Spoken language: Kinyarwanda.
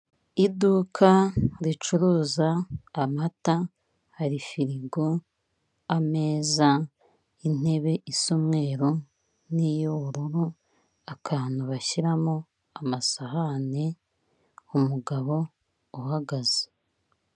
Iduka ricuruza amata hari firigo, ameza, intebe isa umweru, n'iy'ubururu akantu bashyiramo amasahani, umugabo uhagaze.